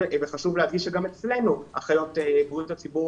חשוב להבין שגם אצלנו אחיות בריאות הציבור